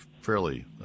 fairly